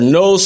no